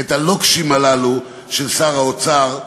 את הלוקשים הללו של שר האוצר,